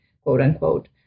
quote-unquote